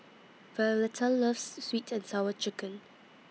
Violeta loves Sweet and Sour Chicken